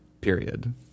period